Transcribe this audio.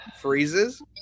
Freezes